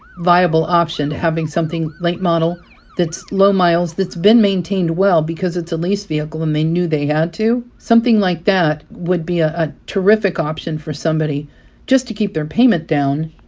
viable option having something late model that's low miles, that's been maintained well because it's a lease vehicle and they knew they had to. something like that would be ah a terrific option for somebody just to keep their payment down.